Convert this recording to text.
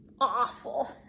awful